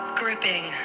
gripping